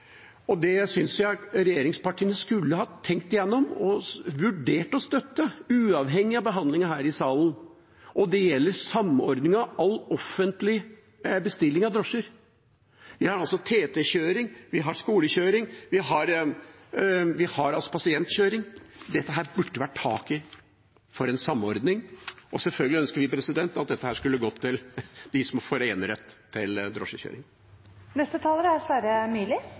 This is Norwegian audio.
regjeringspartiene skulle ha tenkt igjennom og vurdert å støtte, uavhengig av behandlingen her i salen. Det gjelder samordningen av all offentlig bestilling av drosjer. Vi har TT-kjøring, skolekjøring, pasientkjøring. Dette burde det vært tatt tak i for å få til en samordning. Selvfølgelig ønsker vi også at dette skulle gått til dem som får enerett til